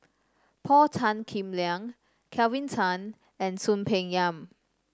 Paul Tan Kim Liang Kelvin Tan and Soon Peng Yam